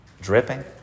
Dripping